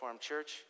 Church